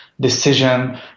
decision